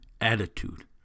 attitude